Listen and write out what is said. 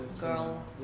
girl